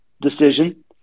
decision